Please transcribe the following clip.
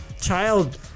child